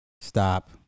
Stop